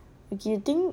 getting